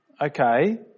Okay